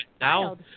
Now